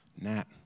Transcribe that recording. Nat